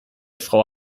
frau